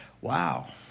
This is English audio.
Wow